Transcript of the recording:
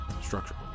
structure